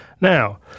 Now